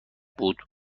بود